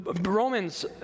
Romans